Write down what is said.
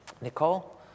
Nicole